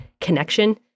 connection